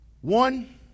one